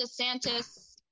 DeSantis